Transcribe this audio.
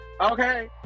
Okay